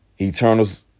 Eternals